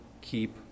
keep